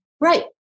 Right